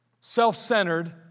self-centered